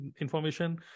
information